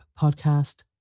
podcast